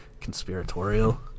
conspiratorial